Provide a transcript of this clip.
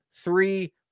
Three